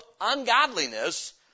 ungodliness